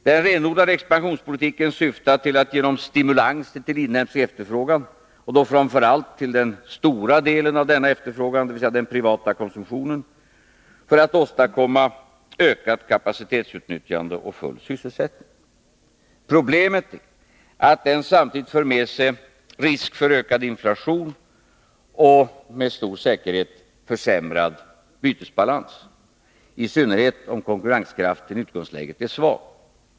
Den renodlade expansionspolitiken syftar till att genom stimulanser till inhemsk efterfrågan, och då framför allt till den stora delen av denna efterfrågan, dvs. den privata konsumtionen, åstadkomma ökat kapacitetsutnyttjande och full sysselsättning. Problemet är att den samtidigt för med sig risk för ökad inflation och med stor säkerhet försämrad bytesbalans — i synnerhet om konkurrenskraften i utgångsläget är svag.